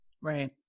Right